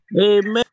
Amen